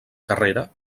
carrera